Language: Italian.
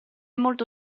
molto